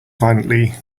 violently